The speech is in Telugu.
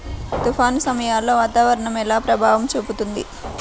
తుఫాను సమయాలలో వాతావరణం ఎలా ప్రభావం చూపుతుంది?